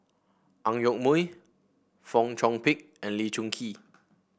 Ang Yoke Mooi Fong Chong Pik and Lee Choon Kee